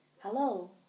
Hello